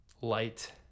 light